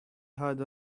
had